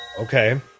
Okay